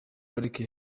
pariki